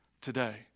today